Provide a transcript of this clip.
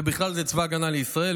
ובכלל זה צבא ההגנה לישראל,